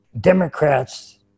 Democrats